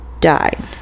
died